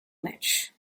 much